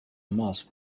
mask